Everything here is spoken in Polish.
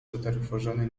zatrwożony